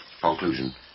Conclusion